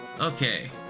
Okay